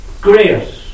grace